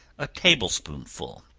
a table-spoonful.